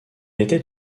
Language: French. était